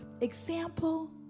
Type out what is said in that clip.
example